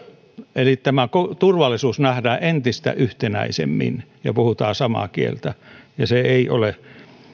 eli tämä turvallisuus nähdään entistä yhtenäisemmin ja puhutaan samaa kieltä ja se ei ole